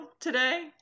today